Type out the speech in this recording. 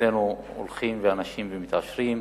אצלנו אנשים הולכים ומתעשרים.